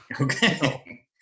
okay